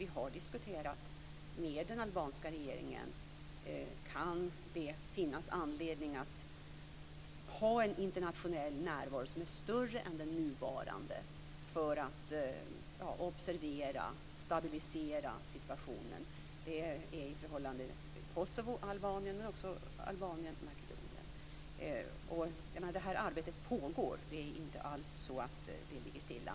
Vi har diskuterat med den albanska regeringen om det kan finnas anledning att ha en större internationell närvaro än den nuvarande för att observera och stabilisera situationen. Det gäller förhållandet Kosovo-Albanien men också Albanien Det här arbetet pågår. Det är inte alls så att det ligger stilla.